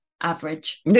average